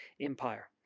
empire